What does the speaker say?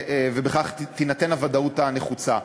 ובכך תינתן הוודאות הנחוצה.